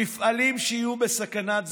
מפעלים שיהיו בסכנת סגירה,